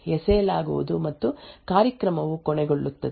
ಎಸೆಯಲಾಗುವುದು ಮತ್ತು ಕಾರ್ಯಕ್ರಮವು ಕೊನೆಗೊಳ್ಳುತ್ತದೆ